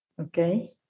Okay